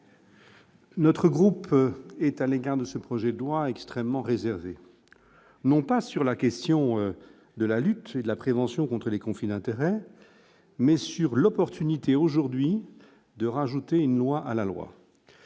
Notre groupe est à l'égard de ce projet de loi extrêmement réservé, non pas sur la question de la lutte de la prévention contre les conflits d'intérêts, mais sur l'opportunité aujourd'hui de rajouter une loi à la loi.